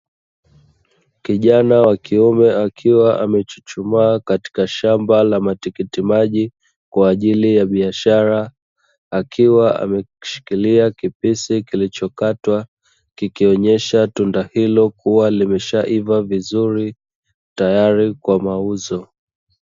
Kijana wa kiume akiwa amechuchumaa katika shamba la matikiti maji kwa ajili ya biashara, akiwa ameshikilia kipisi kilichokatwa, kikionyesha tunda hilo kuwa limeshaiva vizuri tayari kwa mauzo.